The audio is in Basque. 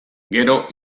gero